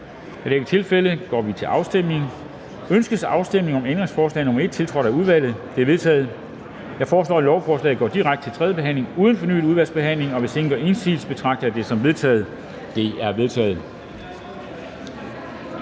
Formanden (Henrik Dam Kristensen): Ønskes afstemning om ændringsforslag nr. 1, tiltrådt af udvalget? Det er vedtaget. Jeg foreslår, at lovforslaget går direkte til tredje behandling uden fornyet udvalgsbehandling. Hvis ingen gør indsigelse, betragter jeg det som vedtaget. Det er vedtaget.